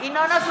(קוראת בשמות חברי הכנסת) ינון אזולאי,